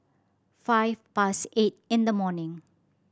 five past eight in the morning